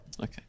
Okay